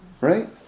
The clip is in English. Right